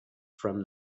from